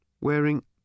wearing